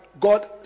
God